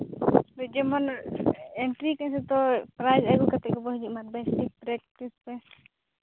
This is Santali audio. ᱱᱤᱡᱮ ᱢᱟ ᱮᱱᱴᱨᱤ ᱠᱟᱜ ᱟᱹᱧ ᱡᱚᱛᱚ ᱯᱨᱟᱭᱤᱡᱽ ᱟᱹᱜᱩ ᱠᱟᱛᱮᱫ ᱜᱮᱵᱚᱱ ᱦᱤᱡᱩᱜ ᱢᱟ ᱯᱨᱮᱠᱴᱤᱥ ᱯᱨᱮᱠᱴᱤᱥ